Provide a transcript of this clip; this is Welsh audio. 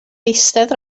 eistedd